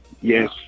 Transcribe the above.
Yes